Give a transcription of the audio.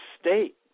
state